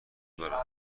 دارم